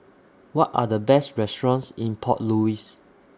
What Are The Best restaurants in Port Louis